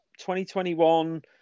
2021